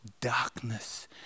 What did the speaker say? darkness